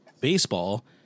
baseball